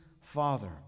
Father